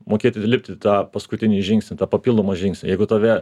mokėti lipti tą paskutinį žingsnį tą papildomą žingsnį jeigu tave